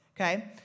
Okay